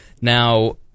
Now